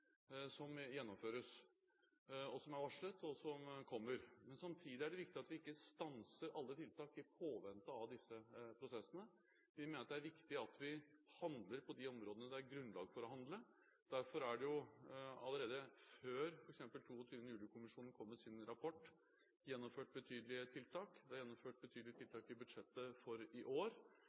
varslet og som kommer. Men samtidig er det viktig at vi ikke stanser alle tiltak i påvente av disse prosessene. Vi mener at det er viktig at vi handler på de områdene det er grunnlag for å handle på. Derfor er det, allerede før f.eks. 22. juli-kommisjonen kom med sin rapport, gjennomført betydelige tiltak. Det er gjennomført betydelige tiltak i budsjettet for i år